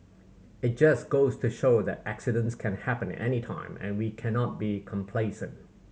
it just goes to show that accidents can happen anytime and we cannot be complacent